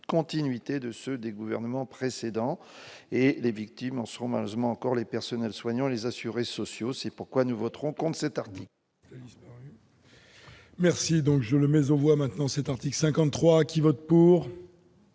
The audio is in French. continuité des gouvernements précédents. Les victimes en seront malheureusement encore les personnels soignants et les assurés sociaux. C'est pourquoi nous voterons contre cet article.